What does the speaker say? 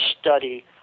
study